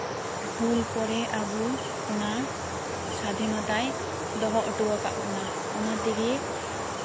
ᱦᱩᱞ ᱯᱚᱨᱮ ᱟᱵᱚ ᱚᱱᱟ ᱥᱟᱫᱷᱤᱱᱚᱛᱟᱭ ᱫᱚᱦᱚ ᱦᱚᱴᱚ ᱟᱠᱟᱫ ᱵᱚᱱᱟ ᱚᱱᱟ ᱛᱮᱜᱮ